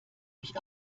mich